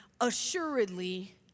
assuredly